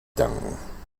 danken